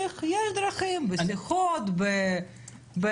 יותר, כדי לעשות, כן,